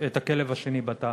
את הכלב השני בתא.